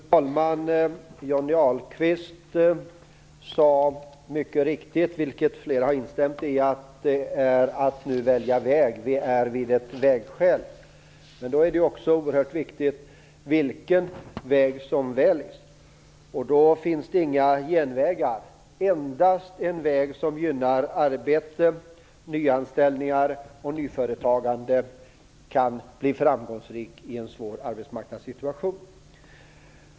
Fru talman! Johnny Ahlqvist sade, mycket riktigt, vilket flera har instämt i, att vi har att nu välja väg. Vi är vid ett vägskäl. Men då är det också oerhört viktigt vilken väg som väljs. Då finns det inga genvägar. Endast en väg som gynnar arbete, nyanställningar och nyföretagande kan bli framgångsrik i en svår arbetsmarknadssituation.